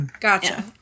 Gotcha